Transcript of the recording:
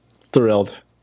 Thrilled